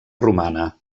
romana